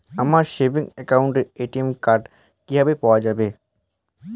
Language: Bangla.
আমার সেভিংস অ্যাকাউন্টের এ.টি.এম কার্ড কিভাবে পাওয়া যাবে?